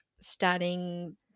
starting